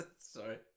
Sorry